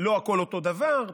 לא הכול אותו דבר,